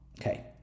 okay